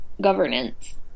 governance